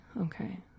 Okay